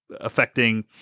affecting